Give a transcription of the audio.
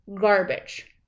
garbage